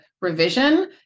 revision